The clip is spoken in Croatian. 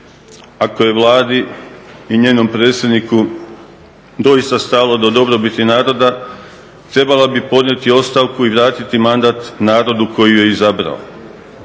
Ako je Vladi i njenom predsjedniku doista stalo do dobrobiti naroda trebala bi podnijeti ostavku i vratiti mandat narodu koji ju je izabrao.